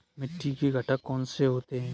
मिट्टी के घटक कौन से होते हैं?